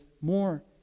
more